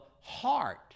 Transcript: heart